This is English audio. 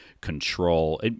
control